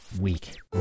weak